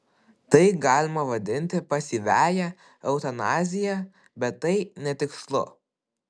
tai galima vadinti pasyviąja eutanazija bet tai netikslu